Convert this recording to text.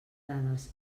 dades